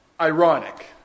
ironic